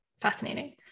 fascinating